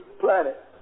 planet